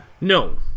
No